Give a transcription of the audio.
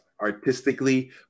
artistically